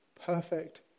Perfect